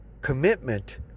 commitment